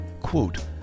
quote